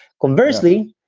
conversely,